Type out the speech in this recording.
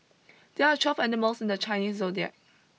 there are twelve animals in the Chinese zodiac